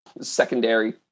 secondary